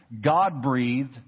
God-breathed